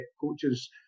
coaches